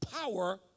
Power